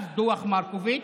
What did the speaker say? דוח מרקוביץ',